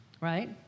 right